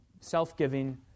Self-giving